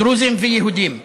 דרוזים ויהודים,